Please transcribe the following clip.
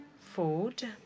food